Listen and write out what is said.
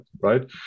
right